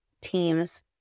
teams